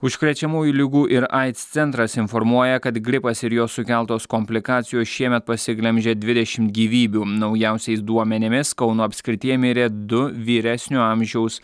užkrečiamųjų ligų ir aids centras informuoja kad gripas ir jo sukeltos komplikacijos šiemet pasiglemžė dvidešimt gyvybių naujausiais duomenimis kauno apskrityje mirė du vyresnio amžiaus